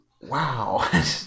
wow